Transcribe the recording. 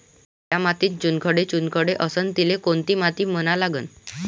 ज्या मातीत चुनखडे चुनखडे असन तिले कोनची माती म्हना लागन?